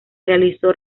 realizó